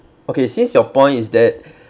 okay since your point is that